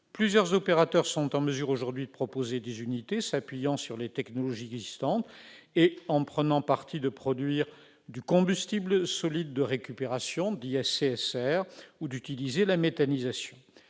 Plusieurs opérateurs sont en mesure aujourd'hui de proposer des unités s'appuyant sur les technologies existantes et en prenant partie de produire du combustible solide de récupération, CSR, ou d'utiliser la méthanisation.